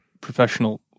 professional